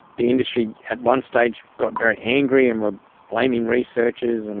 the industry at one stage got very angry and were blaming researchers. and